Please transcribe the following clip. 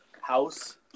house